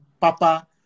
Papa